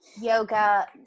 yoga